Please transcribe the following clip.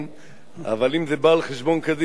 אבל אם זה בא על חשבון קדימה אני אשמח מאוד.